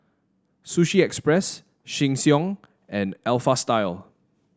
Sushi Express Sheng Siong and Alpha Style